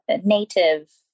native